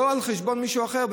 לא על חשבון מישהו אחר.